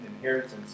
inheritance